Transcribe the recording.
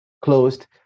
closed